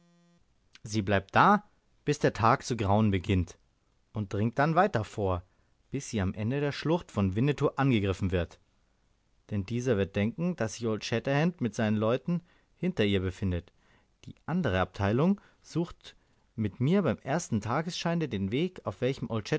sie bleibt da bis der tag zu grauen beginnt und dringt dann weiter vor bis sie am ende der schlucht von winnetou angegriffen wird denn dieser wird denken daß sich old shatterhand mit seinen leuten hinter ihr befindet die andere abteilung sucht mit mir beim ersten tagesscheine den weg auf welchem